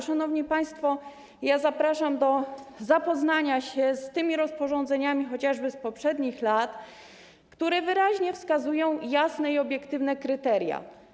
Szanowni państwo, zapraszam do zapoznania się z rozporządzeniami, chociażby tymi z poprzednich lat, które wyraźnie wskazują jasne i obiektywne kryteria.